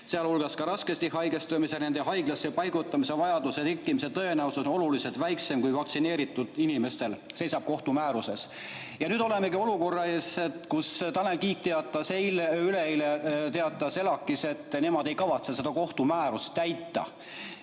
sealhulgas raskesti haigestumise ja nende haiglasse paigutamise vajaduse tekkimise tõenäosus on oluliselt väiksem kui vaktsineeritud inimestel," seisab kohtu määruses. Ja nüüd olemegi olukorra ees, kus Tanel Kiik üleeile teatas ELAK-is, et nemad ei kavatse seda kohtu määrust täita.